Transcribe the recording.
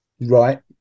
Right